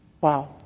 Wow